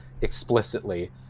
explicitly